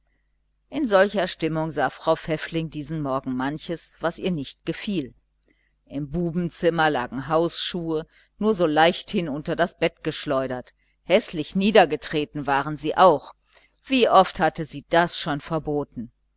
in dieser stimmung sah frau pfäffling diesen morgen manches was ihr nicht gefiel im bubenzimmer lagen hausschuhe nur so leichthin unter das bett geschleudert häßlich niedergetreten waren sie auch wie oft hatte sie das schon verboten